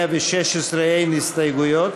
ו-116 אין הסתייגויות.